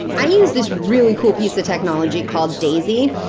i use this really cool piece of technology called daisy,